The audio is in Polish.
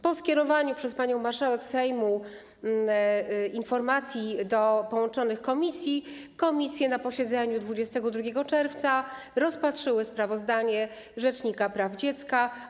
Po skierowaniu przez panią marszałek Sejmu informacji do połączonych komisji komisje na posiedzeniu 22 czerwca rozpatrzyły sprawozdanie rzecznika praw dziecka.